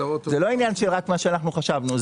זה לא עניין של רק מה שאנחנו חשבנו.